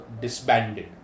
disbanded